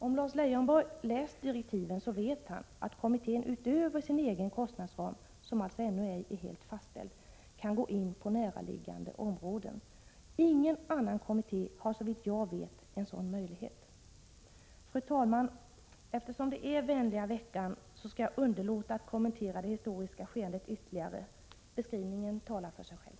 Om Lars Leijonborg läst direktiven vet han att kommittén utöver sin egen kostnadsram, som alltså ännu ej är helt fastställd, kan gå in på närliggande områden. Ingen annan kommitté har såvitt jag vet en sådan möjlighet. Fru talman! Eftersom det är vänliga veckan skall jag underlåta att kommentera det historiska skeendet ytterligare. Beskrivningen talar för sig själv.